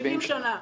70 שנים.